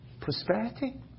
prosperity